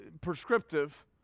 prescriptive